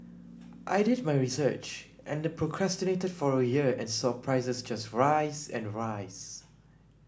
I did my research and procrastinated for a year and saw prices just rise and rise